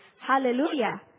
Hallelujah